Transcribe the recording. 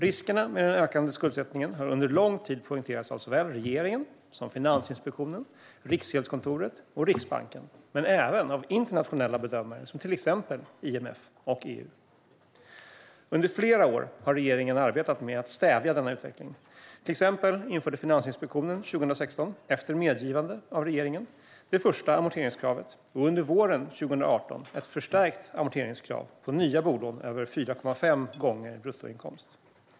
Riskerna med den ökande skuldsättningen har under lång tid poängterats av såväl regeringen som Finansinspektionen, Riksgäldskontoret och Riksbanken - men även av internationella bedömare som till exempel IMF och EU. Under flera år har regeringen arbetat med att stävja denna utveckling. Till exempel införde Finansinspektionen 2016, efter medgivande av regeringen, det första amorteringskravet och under våren 2018 ett förstärkt amorteringskrav på nya bolån över 4,5 gånger bruttoinkomst.